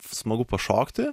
smagu pašokti